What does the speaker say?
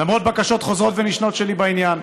למרות בקשות חוזרות ונשנות שלי בעניין.